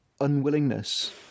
unwillingness